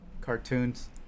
Cartoons